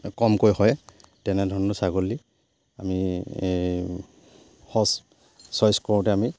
কমকৈ হয় তেনেধৰণৰ ছাগলী আমি সঁচ চইচ কৰোঁতে আমি